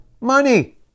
Money